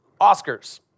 Oscars